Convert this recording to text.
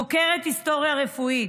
חוקרת היסטוריה רפואית.